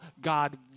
God